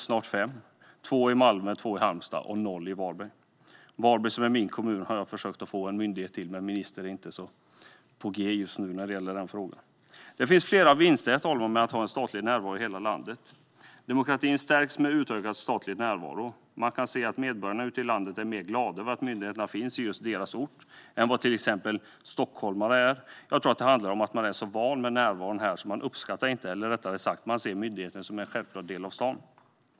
Det finns två i Malmö, två i Halmstad och noll i Varberg. Jag har försökt få en myndighet till Varberg, som är min kommun. Men ministern är inte särskilt på G just nu när det gäller den frågan. Herr talman! Det finns flera vinster med att ha statlig närvaro i hela landet. Demokratin stärks med utökad statlig närvaro. Man kan se att medborgarna ute i landet är gladare över att myndigheterna finns på just deras ort än vad till exempel stockholmarna är. Jag tror att det handlar om att stockholmare är så vana vid närvaro att de inte uppskattar den, eller de ser rättare sagt myndigheterna som en självklar del av staden.